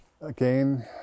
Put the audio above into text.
again